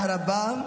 תודה רבה.